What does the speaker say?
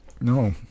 No